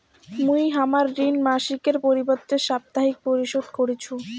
মুই হামার ঋণ মাসিকের পরিবর্তে সাপ্তাহিক পরিশোধ করিসু